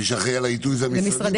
מי שאחראי על העיתוי אלו המשרדים.